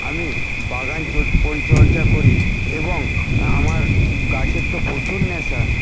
আমি বাগান পরিচর্যা করি এবং আমার গাছের তো প্রচুর নেশা